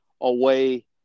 away